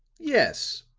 yes,